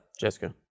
Jessica